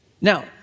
Now